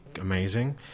amazing